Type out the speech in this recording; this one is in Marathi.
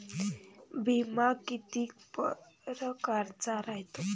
बिमा कितीक परकारचा रायते?